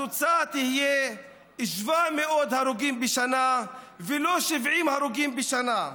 התוצאה תהיה 700 הרוגים בשנה, ולא 70 הרוגים בשנה.